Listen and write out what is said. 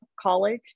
college